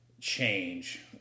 change